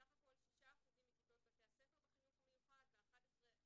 בסך הכול 6% מכיתות בתי הספר בחינוך המיוחד ו-11%